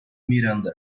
miranda